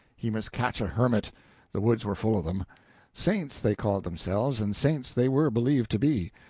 he must catch a hermit the woods were full of them saints they called themselves, and saints they were believed to be.